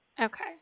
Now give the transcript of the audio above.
okay